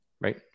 right